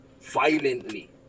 violently